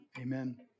Amen